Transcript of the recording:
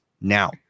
Now